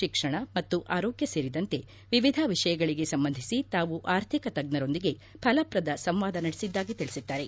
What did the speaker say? ಶಿಕ್ಷಣ ಮತ್ತು ಆರೋಗ್ಯ ಸೇರಿದಂತೆ ವಿವಿಧ ವಿಷಯಗಳಿಗೆ ಸಂಬಂಧಿಸಿ ತಾವು ಆರ್ಥಿಕ ತಜ್ಞರೊಂದಿಗೆ ಫಲಪ್ರದ ಸಂವಾದ ನಡೆಸಿದ್ದಾಗಿ ತಿಳಿಸಿದ್ದಾರೆ